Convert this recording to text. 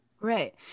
right